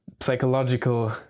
psychological